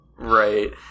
right